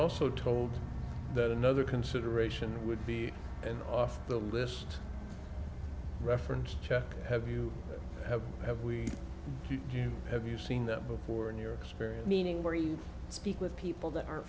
also told that another consideration would be an off the list reference check have you have have we you have you seen that before in your experience meaning where you speak with people that are